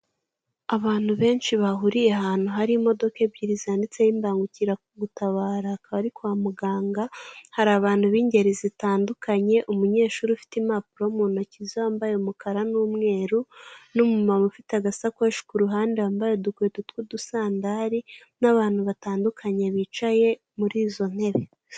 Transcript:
Abantu benshi bahuriye ahantu hari imodoka ebyiri zanditseho imbangukira gutabara akaba ari kwa muganga. Hari abantu bingeri zitandukanye, umunyeshuri ufite impapuro muntoki ze, wambaye umukara n'umeru n'umumama ufite agasakoshi kuruhande wambaye udukweto tw'udusandari na abantu batandukanye bicaye muri izo ntebe.